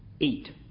eight